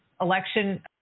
election